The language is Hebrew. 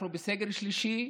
אנחנו בסגר שלישי,